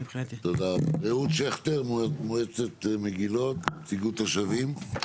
בבקשה, רעות שכטר, מועצת מגילות, איגוד תושבים.